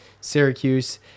Syracuse